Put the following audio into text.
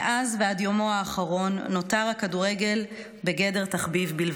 מאז ועד יומו האחרון נותר הכדורגל בגדר תחביב בלבד.